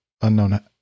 unknown